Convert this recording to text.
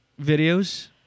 videos